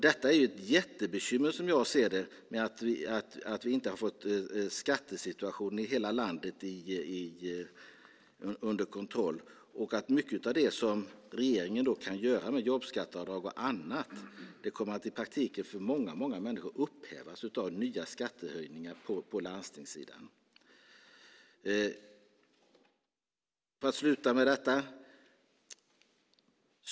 Det är ett jättebekymmer, som jag ser det, att vi inte har fått skattesituationen i hela landet under kontroll. Mycket av det som regeringen kan göra med jobbskatteavdrag och annat kommer i praktiken att upphävas av nya skattehöjningar på landstingssidan.